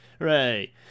Hooray